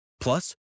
Plus